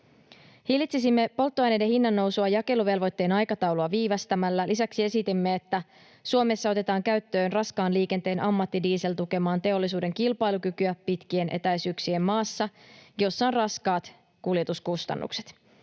Hillitsisimme polttoaineiden hinnannousua jakeluvelvoitteen aikataulua viivästämällä. Lisäksi esitimme, että Suomessa otetaan käyttöön raskaan liikenteen ammattidiesel tukemaan teollisuuden kilpailukykyä pitkien etäisyyksien maassa, jossa on raskaat kuljetuskustannukset.